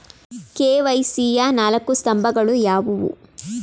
KYC ಯ ನಾಲ್ಕು ಸ್ತಂಭಗಳು ಯಾವುವು?